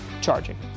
charging